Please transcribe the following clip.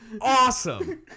Awesome